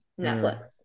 netflix